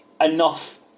enough